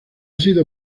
sido